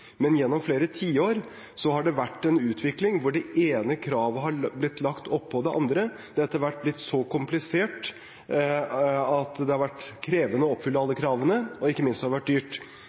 men gjennom flere tiår har det vært en utvikling hvor det ene kravet har blitt lagt opp på det andre. Det har etter hvert blitt så komplisert at det har vært krevende å oppfylle alle kravene, og ikke minst har det vært dyrt.